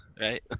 right